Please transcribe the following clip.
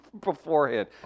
beforehand